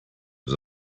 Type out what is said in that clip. was